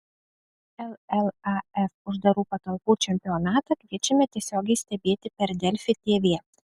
llaf uždarų patalpų čempionatą kviečiame tiesiogiai stebėti per delfi tv